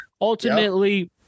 Ultimately